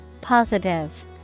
Positive